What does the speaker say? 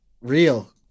Real